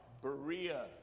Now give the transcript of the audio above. Berea